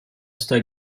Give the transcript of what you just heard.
star